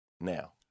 now